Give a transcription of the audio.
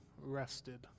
rested